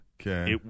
Okay